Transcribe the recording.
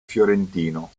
fiorentino